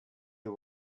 you